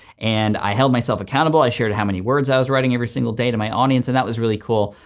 and i held myself accountable. i shared how many words i was writing every single day to my audience and that was really cool.